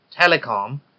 telecom